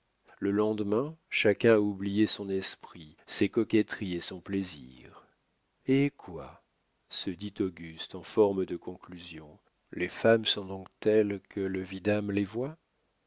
le lendemain chacun a oublié son esprit ses coquetteries et son plaisir eh quoi se dit auguste en forme de conclusion les femmes sont donc telles que le vidame les voit